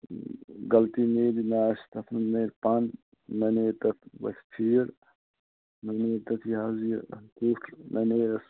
غلطی نیرِ نہَ آسہِ تتھ منٛز نیرِ پَن نہٕ نیرِ تتھ وۅتھِ فیٖڈ نہٕ نیرِ تتھ یہِ حظ یہِ فُٹ نہٕ نیرس